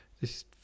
This